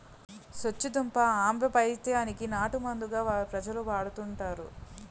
సొచ్చుదుంప ఆంబపైత్యం కి నాటుమందుగా ప్రజలు వాడుతుంటారు